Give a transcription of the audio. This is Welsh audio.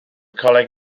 coleg